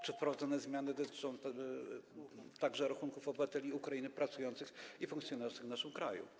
Czy wprowadzone zmiany dotyczą także rachunków obywateli Ukrainy pracujących i funkcjonujących w naszym kraju?